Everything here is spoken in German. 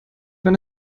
wenn